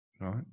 right